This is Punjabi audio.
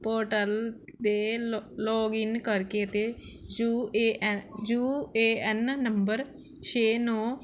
ਪੋਰਟਲ ਦੇ ਲ ਲੌਗਇਨ ਕਰਕੇ ਅਤੇ U A N U A N number ਛੇ ਨੌਂ